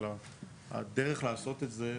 אבל הדרך לעשות את זה,